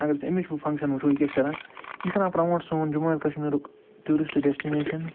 اگر أسۍ اَمِچ وۅنۍ فنٛگشن وُچھو یہِ کیٛاہ چھِ کَران یہِ چھِ کَران پرٛموٹ سون جموں اینٛڈ کشمیٖرُک ٹیٛوٗرسٹہٕ ڈیسٹِنیٚشن